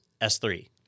S3